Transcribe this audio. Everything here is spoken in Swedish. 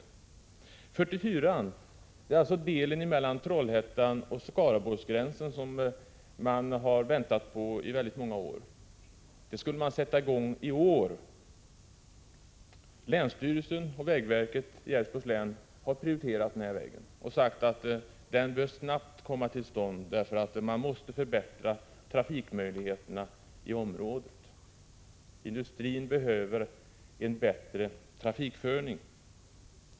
Väg 44, delen mellan Trollhättan och Skaraborgsgränsen, som vi har väntat på i många år, skulle man sätta i gång med i år. Länsstyrelsen och vägverket i Älvsborgs län har prioriterat denna väg och sagt att den snabbt bör komma till stånd, eftersom man måste förbättra trafikmöjligheterna i området. Industrin behöver en bättre trafikföring.